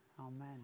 Amen